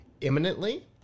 imminently